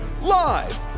live